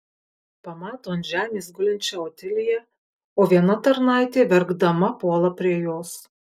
pamato ant žemės gulinčią otiliją o viena tarnaitė verkdama puola prie jos